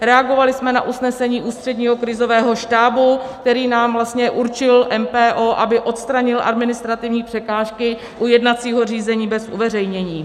Reagovali jsme na usnesení Ústředního krizového štábu, který nám vlastně určil MPO aby odstranil administrativní překážky u jednacího řízení bez uveřejnění.